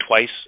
twice